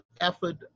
effort